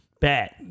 bet